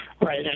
Right